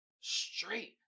straight